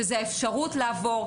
שזו האפשרות לעבור,